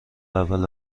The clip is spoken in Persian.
اول